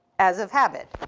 as of habit,